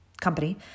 company